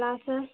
गाछसँ